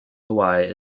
hawaii